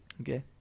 Okay